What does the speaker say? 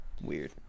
Weird